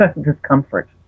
discomfort